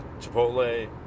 Chipotle